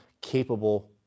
capable